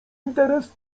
interes